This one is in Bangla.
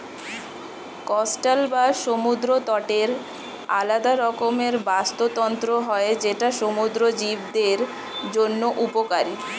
কোস্টাল বা সমুদ্র তটের আলাদা রকমের বাস্তুতন্ত্র হয় যেটা সমুদ্র জীবদের জন্য উপকারী